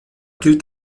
gilt